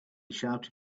shouted